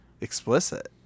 explicit